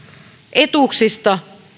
etuuksista